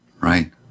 Right